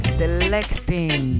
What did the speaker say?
selecting